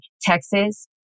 Texas